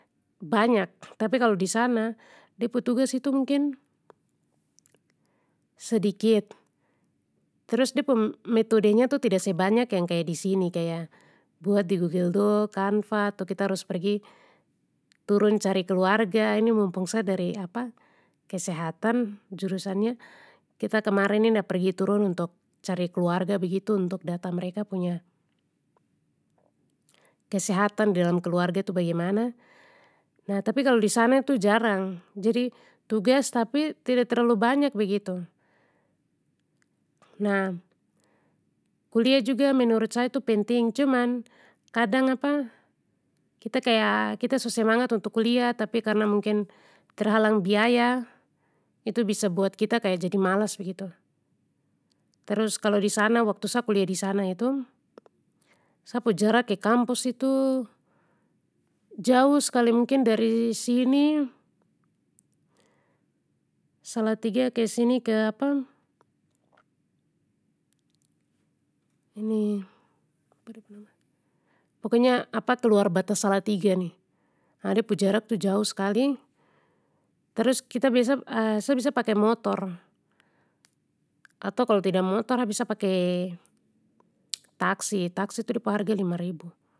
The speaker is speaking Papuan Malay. Banyak tapi kalo disana, de pu tugas itu mungkin. Sedikit, terus de pu metodenya itu tidak sebanyak yang kaya disini kaya, buat di google doc canva ato kita harus pergi, turun cari keluarga ini mumpung sa dari kesehatan jurusannya, kita kemarin ni ada pergi turun untuk cari keluarga begitu untuk data mereka punya, kesehatan di dalam keluarga itu bagemana, nah tapi kalo disana itu jarang, jadi tugas tapi tidak terlalu banyak begitu. Nah, kuliah juga menurut sa itu penting cuman, kadang kita kaya kita su semangat untuk kuliah tapi karna mungkin terhalang biaya, itu bisa buat kita kaya jadi malas begitu, terus kalo disana waktu sa kuliah disana itu, sa pu jarak ke kampus itu, jauh skali mungkin dari sini. Salatiga kesini ke pokoknya keluar batas salatiga ni, ah de pu jarak tu jauh skali, terus kita biasa sa biasa pake motor. Atau kalo tidak motor sa biasa pake taksi, taksi tu de pu harga lima ribu.